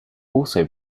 also